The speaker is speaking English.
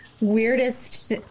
weirdest